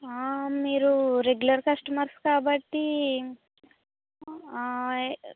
మీరు regular customers కాబట్టి